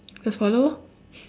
just follow orh